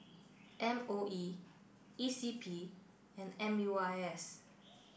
M O E E C P and M U I S